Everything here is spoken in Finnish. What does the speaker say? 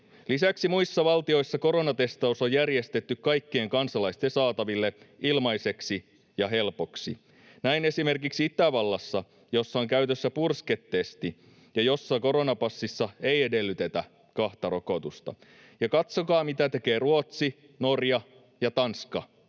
Lisäksi muissa valtioissa koronatestaus on järjestetty kaikkien kansalaisten saataville ilmaiseksi ja helpoksi. Näin esimerkiksi Itävallassa, jossa on käytössä pursketesti ja jossa koronapassissa ei edellytetä kahta rokotusta. Ja katsokaa, mitä tekevät Ruotsi, Norja ja Tanska